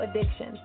Addiction